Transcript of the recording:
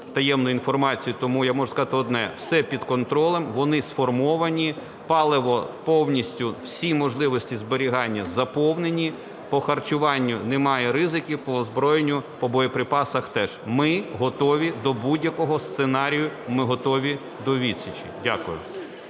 таємної інформації. Тому я можу сказати одне: все під контролем, вони сформовані, паливо повністю, всі можливості зберігання заповнені, по харчуванню немає ризиків, по озброєнню, по боєприпасах теж. Ми готові до будь-якого сценарію, ми готові до відсічі. Дякую.